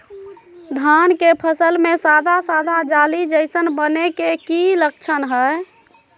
धान के फसल में सादा सादा जाली जईसन बने के कि लक्षण हय?